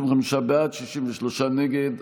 55 בעד, 63 נגד.